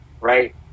right